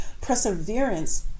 perseverance